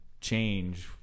change